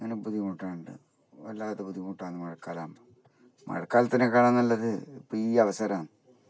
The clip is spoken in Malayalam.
അങ്ങനെ ബുദ്ധിമുട്ട് ഉണ്ട് വല്ലാത്ത ബുദ്ധിമുട്ടാണ് മഴക്കാലം ആവുമ്പം മഴക്കാലത്തിനേക്കാളും നല്ലത് ഈ അവസരമാണ്